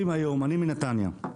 אני מנתניה.